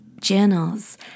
journals